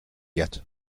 yet